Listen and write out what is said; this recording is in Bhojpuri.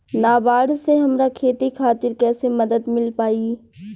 नाबार्ड से हमरा खेती खातिर कैसे मदद मिल पायी?